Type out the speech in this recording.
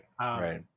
right